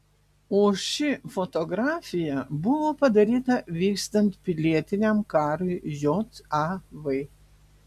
o ši fotografija buvo padaryta vykstant pilietiniam karui jav